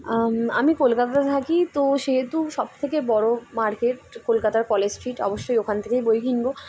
আম আমি কলকাতাতে থাকি তো সেহেতু সব থেকে বড়ো মার্কেট কলকাতার কলেজ স্ট্রিট অবশ্যই ওখান থেকেই বই কিনব